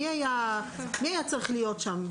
מי היה צריך להיות שם?